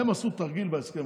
הם עשו תרגיל בהסכם.